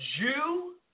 Jew